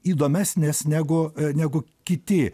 įdomesnės negu negu kiti